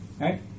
Right